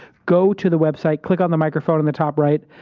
go to the website, click on the microphone on the top right,